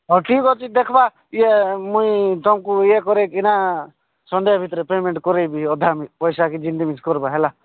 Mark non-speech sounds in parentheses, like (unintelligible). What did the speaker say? ହଉ ଠିକ୍ ଅଛି ଦେଖିବା ଇଏ ମୁଁ ତୁମକୁ ଇଏ କରି କିିନା ସଣ୍ଡେ ଭିତରେ ପେମେଣ୍ଟ କରେଇବି ଅଧା ପଇସା କି (unintelligible) କରିବା ହେଲା